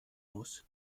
muss